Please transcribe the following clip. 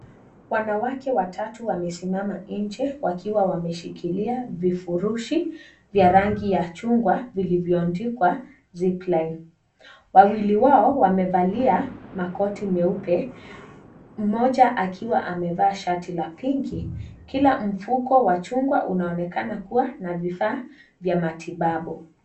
Wanawake watatu wamesimama nje wakiwa wameshikilia vifurushi vya rangi ya chungwa zilizoandikwa since life . Wawili wao wamevalia makoti meupe mmoja akiwa amevaa shati la pinki. Kila mfuko wa chungwa unaonekana kuwa na vifaa vya matibabu.